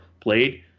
played